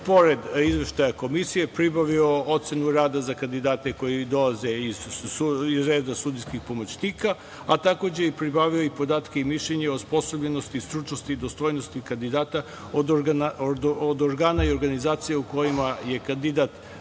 pored izveštaja komisije pribavio ocenu rada za kandidate koji dolaze iz reda sudijskih pomoćnika, a takođe i pribavljaju i podatke i mišljenja osposobljenosti, stručnosti, dostojnosti kandidata od organa i organizacija u kojima je kandidat